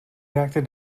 acted